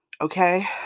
okay